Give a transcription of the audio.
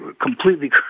completely